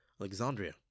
Alexandria